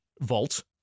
vault